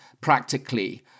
practically